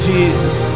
Jesus